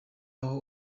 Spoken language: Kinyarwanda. aho